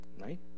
right